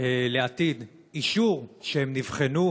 לעתיד אישור שהם נבחנו,